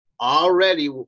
Already